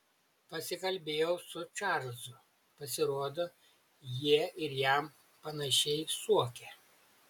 pasikalbėjau su čarlzu pasirodo jie ir jam panašiai suokia